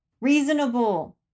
Reasonable